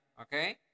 Okay